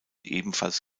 ebenfalls